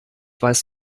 weiß